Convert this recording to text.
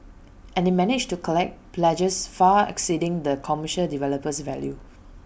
and they managed to collect pledges far exceeding the commercial developer's value